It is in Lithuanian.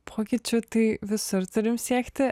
pokyčių tai visur turim siekti